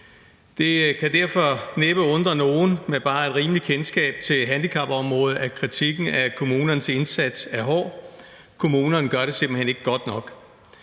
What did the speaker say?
Det kan derfor næppe undre nogen med bare et rimeligt kendskab til handicapområdet, at kritikken af kommunernes indsats er hård; kommunerne gør det simpelt hen ikke godt nok.